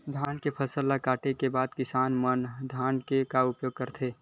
धान के फसल ला काटे के बाद किसान मन धान के का उपयोग करथे?